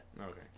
Okay